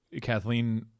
Kathleen